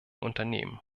unternehmen